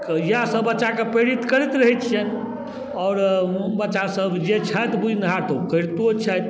के इएहसब बच्चाके प्रेरित करैत रहै छिअनि आओर ओ बच्चासब जे छथि बुझनिहार तऽ ओ करितो छथि